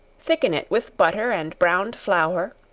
thicken it with butter and browned flour,